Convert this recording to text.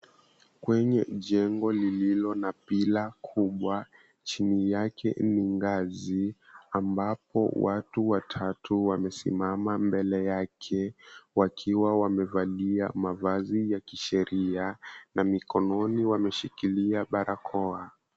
Kwenye jengo lililo na pillar kubwa, chini yake ni ngazi. Ambapo watu watatu wamesimama mbele yake, wakiwa wamevalia mavazi ya kisheria na mikononi wameshikilia barakoa.